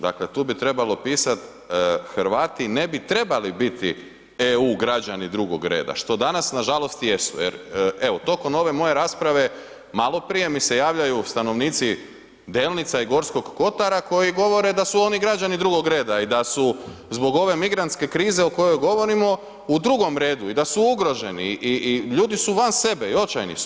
Dakle, tu bi trebalo pisati, Hrvati ne bi trebali biti EU građani drugog reda, što danas nažalost jesu, jer evo, tokom ove moje rasprave, maloprije mi se javljaju stanovnici Delnica i Gorskog Kotara, koji govore da su oni građani drugog reda i da su zbog ove migrantske krize o kojoj govorimo u drugom redu i da su ugroženi i ljudi su van sebe i očajni su.